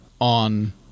on